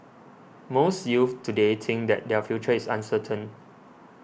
most youths today think that their future is uncertain